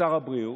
שר הבריאות,